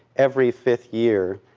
every fifth year,